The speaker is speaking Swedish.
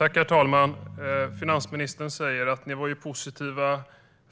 Herr talman! Finansministern säger att vi initialt var positiva